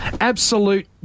absolute